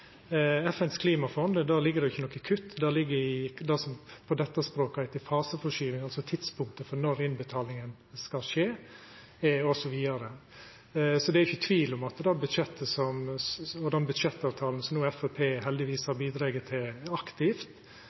FNs klimafond ligg det ikkje noko kutt. Der ligg det som på dette språket heiter faseforskyving, dvs. tidspunktet for når innbetalinga skal skje, osv. Det er ikkje tvil om at den budsjettavtalen som Framstegspartiet heldigvis har bidrege aktivt til, bl.a. med styrkinga av maritim sektor, som